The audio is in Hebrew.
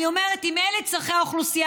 אני אומרת: אם אלה צורכי האוכלוסייה